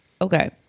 Okay